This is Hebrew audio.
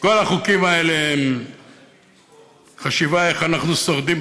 כל החוקים האלה הם חשיבה איך אנחנו שורדים,